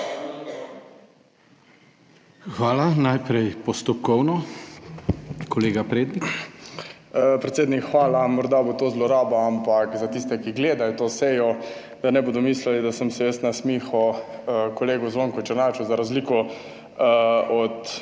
Hvala. Najprej postopkovno, kolega Prednik. JANI PREDNIK (PS SD): Predsednik, hvala. Morda bo to zloraba, ampak, za tiste, ki gledajo to sejo, da ne bodo mislili, da sem se jaz nasmihal kolegu Zvonku Černaču, za razliko od